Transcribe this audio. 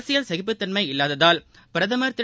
அரசியல் சகிப்புத்தன்ம இல்லாததால் பிரதமர் திரு